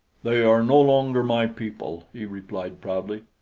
they are no longer my people, he replied proudly.